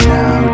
now